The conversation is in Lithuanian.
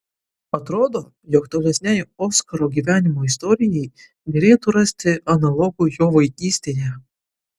atrodo jog tolesnei oskaro gyvenimo istorijai derėtų rasti analogų jo vaikystėje